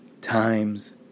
times